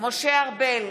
משה ארבל,